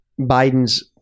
Biden's